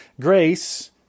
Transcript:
grace